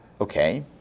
Okay